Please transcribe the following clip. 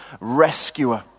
rescuer